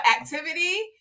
activity